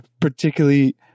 particularly